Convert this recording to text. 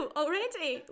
already